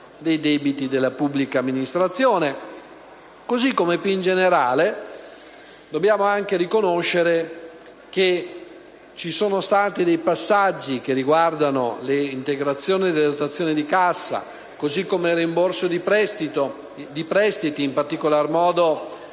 dei debiti della pubblica amministrazione. Più in generale, dobbiamo anche riconoscere che ci sono stati alcuni passaggi che riguardano le integrazioni delle dotazioni di cassa, il rimborso di prestiti relativo in particolar modo